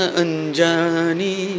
anjani